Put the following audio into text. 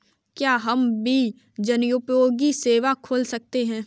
क्या हम भी जनोपयोगी सेवा खोल सकते हैं?